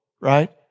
right